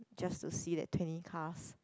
just to see that twenty cars